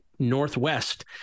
northwest